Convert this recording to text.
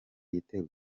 igitego